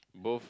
both